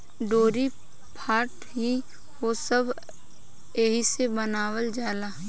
डोरी, पाट ई हो सब एहिसे बनावल जाला